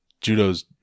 Judo's